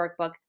workbook